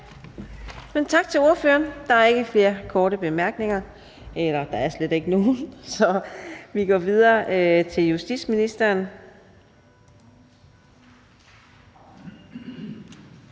Tak til ordføreren. Der er ikke flere korte bemærkninger, for der er slet ikke nogen. Vi går videre til justitsministeren.